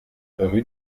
rue